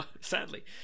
Sadly